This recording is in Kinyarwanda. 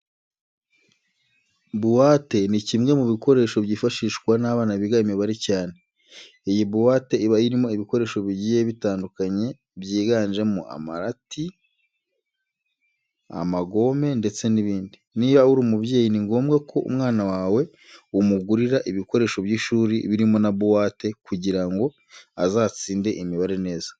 Buwate ni kimwe mu bikoresho byifashishwa n'abana biga imibare cyane. Iyi buwate iba irimo ibikoresho bigiye bitandukanye byiganjemo amarati, amagome ndetse n'ibindi. Niba uri umubyeyi ni ngombwa ko umwana wawe umugurira ibikoresho by'ishuri birimo na buwate kugira ngo azatsinde imibare neza.